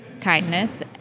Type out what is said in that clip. kindness